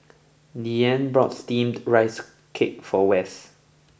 Deanne bought Steamed Rice Cake for Wess